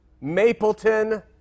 Mapleton